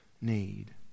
need